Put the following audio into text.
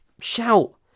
shout